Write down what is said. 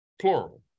plural